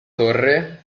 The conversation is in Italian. torre